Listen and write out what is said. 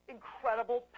incredible